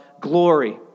glory